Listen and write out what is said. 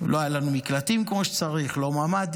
לא היו לנו מקלטים כמו שצריך, לא ממ"דים.